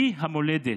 היא המולדת,